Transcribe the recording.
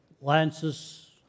Lance's